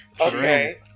Okay